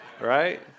Right